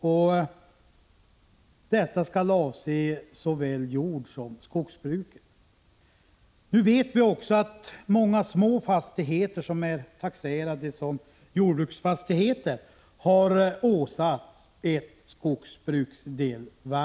Den översynen skall avse såväl jordsom skogsbruket. Vi vet att många små fastigheter som är taxerade som jordbruksfastigheter har åsatts ett skogsbruksdelvärde.